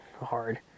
hard